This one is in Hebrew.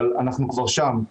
אבל אנחנו כבר שם.